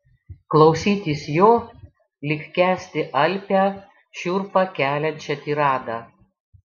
klausytis jo lyg kęsti alpią šiurpą keliančią tiradą